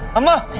and